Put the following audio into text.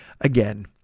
again